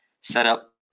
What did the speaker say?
setup